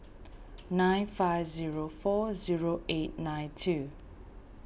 nine five zero four zero eight nine two